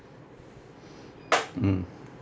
mm